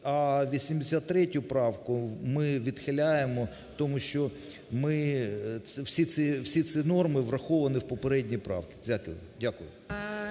А 83 правку ми відхиляємо тому що ми… всі ці норми враховані в попередній правці. Дякую.